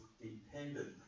dependent